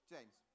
James